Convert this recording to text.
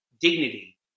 dignity